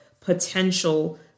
potential